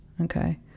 Okay